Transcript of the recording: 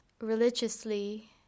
religiously